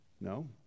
No